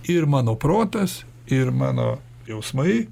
ir mano protas ir mano jausmai